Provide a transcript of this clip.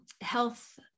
health